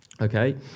okay